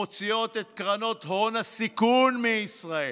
מוציאות את קרנות הון הסיכון מישראל.